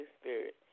Spirit